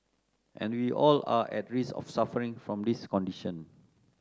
and we all are at risk of suffering from this condition